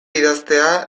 idaztea